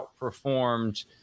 outperformed